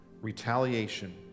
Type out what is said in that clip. retaliation